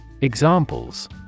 Examples